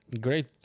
great